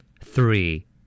Three